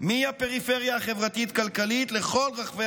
מהפריפריה החברתית-כלכלית לכל רחבי